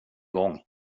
gång